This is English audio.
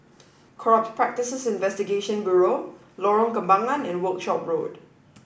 Corrupt Practices Investigation Bureau Lorong Kembangan and Workshop Road